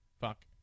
fuck